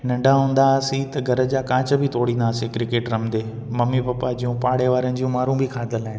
नंढा हूंदा हुआसीं त घर जा कांच बि तोड़ींदा हुआसीं क्रिकेट रमदे मम्मी पप्पा जूं पाड़े वारनि जूं मारूं बि खाधलु आहिनि